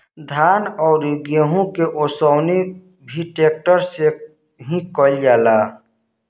धान अउरी गेंहू के ओसवनी भी ट्रेक्टर से ही कईल जाता